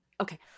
Okay